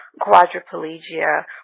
quadriplegia